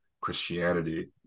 Christianity